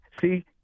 See